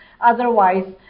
otherwise